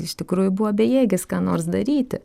iš tikrųjų buvo bejėgis ką nors daryti